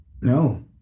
No